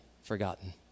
forgotten